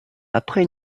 après